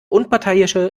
unparteiische